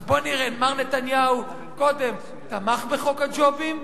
אז בוא נראה: מר נתניהו קודם תמך בחוק הג'ובים,